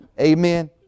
Amen